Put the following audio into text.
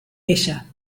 ella